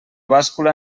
bàscula